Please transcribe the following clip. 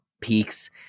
peaks